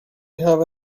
have